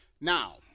Now